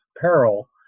peril